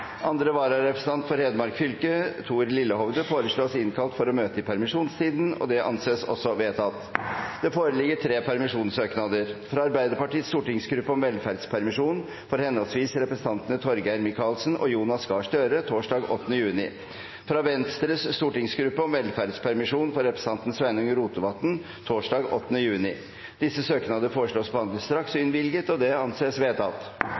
Andre vararepresentant for Hedmark fylke, Thor Lillehovde , innkalles for å møte i permisjonstiden. Det foreligger tre permisjonssøknader: fra Arbeiderpartiets stortingsgruppe om velferdspermisjon for henholdsvis representantene Torgeir Micaelsen og Jonas Gahr Støre torsdag 8. juni fra Venstres stortingsgruppe om velferdspermisjon for representanten Sveinung Rotevatn torsdag 8. juni Disse søknadene foreslås behandlet straks og innvilget. – Det anses vedtatt.